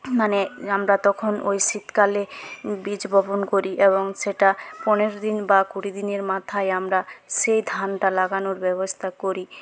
মানে আমরা তখন ওই শীতকালে বীজ বপন করি এবং সেটা পনেরো দিন বা কুড়ি দিনের মাথায় আমরা সেই ধানটা লাগানোর ব্যবস্থা করি